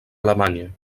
alemanya